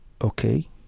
Okay